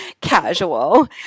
casual